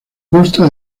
consta